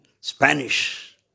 Spanish